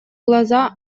глаза